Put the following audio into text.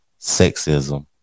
sexism